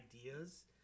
ideas